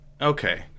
okay